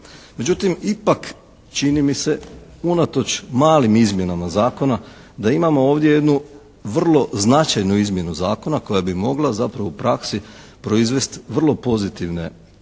Međutim, ipak čini mi se unatoč malim izmjenama zakona da imamo ovdje jednu vrlo značajnu izmjenu zakona koja bi mogla zapravo u praksi proizvest vrlo pozitivne posljedice,